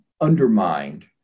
undermined